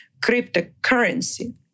cryptocurrency